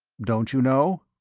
don't you know?